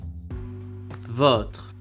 VOTRE